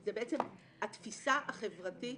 זה התפיסה החברתית